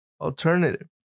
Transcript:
alternative